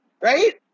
right